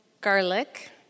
garlic